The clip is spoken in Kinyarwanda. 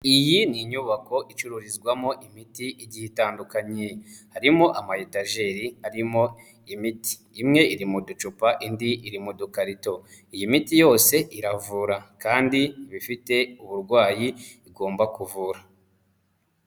Iyi ni inyubako icururizwamo imiti igiye itandukanye, harimo amayetajeri arimo imiti, imwe iri mu ducupa indi iri mu dukarito, iyi miti yose iravura kandi iba ifite uburwayi igomba kuvura.